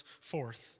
forth